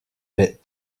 bit